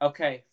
Okay